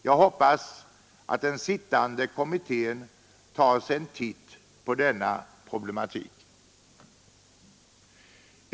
Jag hoppas att den sittande kommittén tar sig en titt på denna problematik.